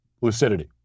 lucidity